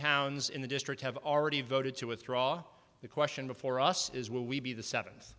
towns in the district have already voted to withdraw the question before us is will we be the seven